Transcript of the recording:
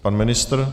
Pan ministr?